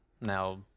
now